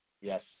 Yes